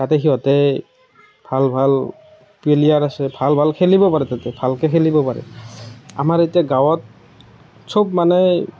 তাতে সিহঁতে ভাল ভাল প্লেয়াৰ আছে ভাল ভাল খেলিব পাৰে তাতে ভালকৈ খেলিব পাৰে আমাৰ এতিয়া গাঁৱত সব মানে